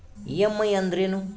EMI ಅಂದ್ರೇನು?